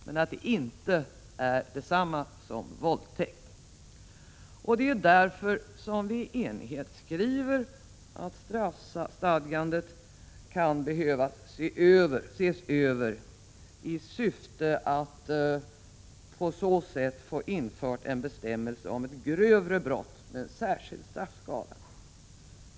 Men det är alltså inte detsamma som våldtäkt. Det är därför som vi i enighet skriver att straffstadgandet kan behöva ses över i syfte att få infört en bestämmelse om ett grövre brott med särskild straffskala.